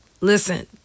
listen